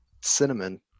cinnamon